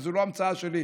וזו לא המצאה שלי,